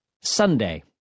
Sunday